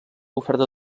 oferta